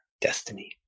destiny